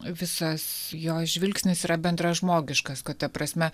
visas jos žvilgsnis yra bendražmogiškas kad ta prasme